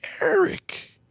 Eric